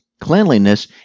cleanliness